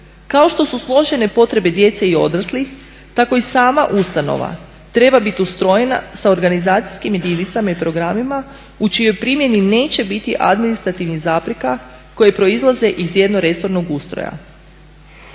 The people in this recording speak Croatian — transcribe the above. kao što su složene potrebe djece i odraslih tako i sama ustanova treba biti ustrojena sa organizacijskim jedinicama i programima u čijoj primjeni neće biti administrativnih zapreka koje proizlaze iz jednoresornog ustroja.